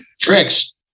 Tricks